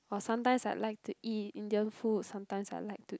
or sometimes I like to eat Indian food sometimes I like to eat